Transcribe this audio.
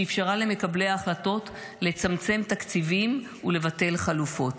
שאפשרה למקבלי ההחלטות לצמצם תקציבים ולבטל חלופות,